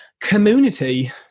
community